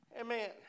amen